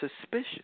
suspicious